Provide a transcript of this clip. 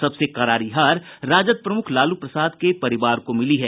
सबसे करारी हार राजद प्रमुख लालू प्रसाद के परिवार को मिली है